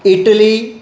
Italy